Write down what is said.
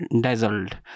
dazzled